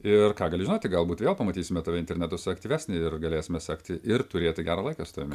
ir ką gali žinoti galbūt vėl pamatysime tave internetuose aktyvesnį ir galėsime sekti ir turėti gerą laiką su tavimi